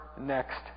next